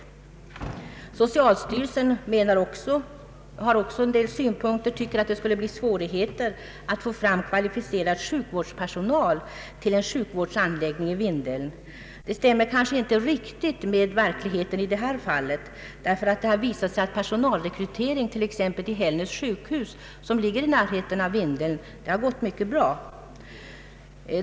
Socialstyrelsen har också fört fram en del synpunkter och nämner att det skulle bli svårt att få kvalificerad sjukvårdspersonal till en sjukvårdsanläggning i Vindeln. Det stämmer kanske inte riktigt med verkligheten. Det har nämligen visat sig att personalrekryteringen till exempelvis Hällnäs sjukhus gått mycket bra.